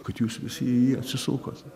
kad jūs visi į jį atsisukote